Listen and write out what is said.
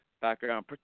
background